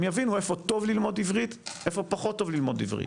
הם יבינו איפה טוב ללמוד עברית ואיפה פחות טוב ללמוד עברית.